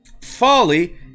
Folly